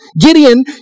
Gideon